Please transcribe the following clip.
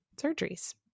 surgeries